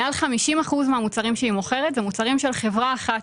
מעל 50 אחוזים מהמוצרים שהיא מוכרת הם מוצרים של חברה אחת.